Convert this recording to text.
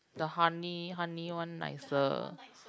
the honey honey one nicer